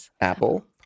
Apple